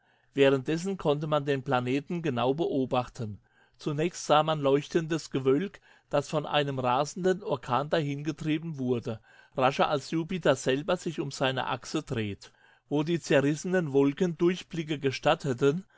währenddessen konnte man den planeten genau beobachten zunächst sah man leuchtendes gewölk das von einem rasenden orkan dahingetrieben wurde rascher als jupiter selber sich um seine achse dreht wo die zerrissenen wolken durchblicke gestatteten